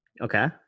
Okay